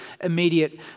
immediate